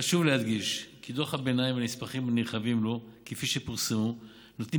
חשוב להדגיש כי דוח הביניים והנספחים הנרחבים לו כפי שפורסמו נותנים